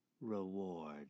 reward